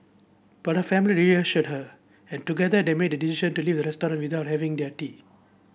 but her family reassured her and together they made the decision to leave the restaurant without having their tea